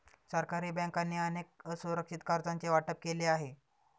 सरकारी बँकांनी अनेक असुरक्षित कर्जांचे वाटप केले आहे